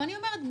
ואני אומרת,